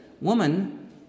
Woman